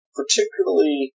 particularly